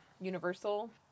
Universal